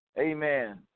Amen